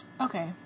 Okay